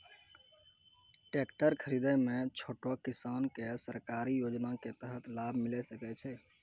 Tractor खरीदै मे छोटो किसान के सरकारी योजना के तहत लाभ मिलै सकै छै?